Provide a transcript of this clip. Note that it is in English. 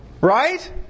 Right